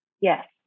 Yes